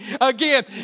again